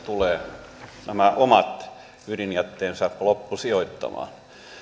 tulee nämä omat ydinjätteensä loppusijoittamaan